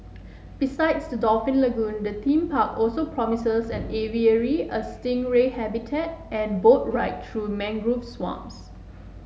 besides the dolphin lagoon the theme park also promises an aviary a stingray habitat and boat ride through mangrove swamps